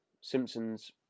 Simpsons